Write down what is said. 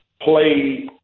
play